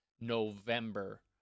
November